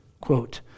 Quote